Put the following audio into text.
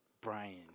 Brian